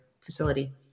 facility